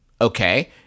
okay